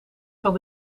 van